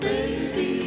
Baby